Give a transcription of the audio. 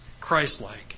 Christ-like